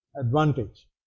advantage